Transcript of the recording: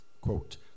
Quote